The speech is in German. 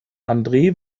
andre